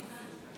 כן.